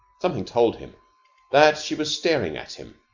something told him that she was staring at him,